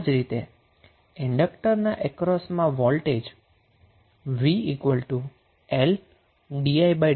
આ જ રીતે ઈન્ડક્ટર ના અક્રોસમા વોલ્ટેજ v Ldidt મળે છે